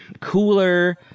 cooler